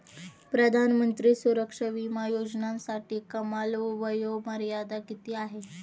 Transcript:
प्रधानमंत्री सुरक्षा विमा योजनेसाठी कमाल वयोमर्यादा किती आहे?